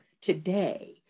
today